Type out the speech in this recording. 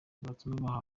bwatuma